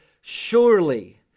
Surely